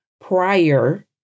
prior